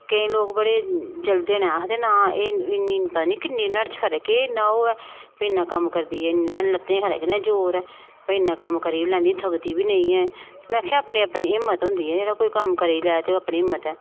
केईं लोग बड़े जलदे न आखदे नां इन्नी पता निं किन्नी नुहाड़े बिच्च पता निं केह् इन्ना ओह् ऐ इन्ना कम्म करदी ऐ इन्ने नुहाड़ी लत्तें गी खबरै किन्ना जोर ऐ भाई इन्ना कम्म करी बी लैंदी ऐ थकदी बी निं ऐ में आखेआ अपनी अपनी हिम्मत होंदी ऐ जेह्ड़ा कोई कम्म करी लै ते अपनी हिम्मत ऐ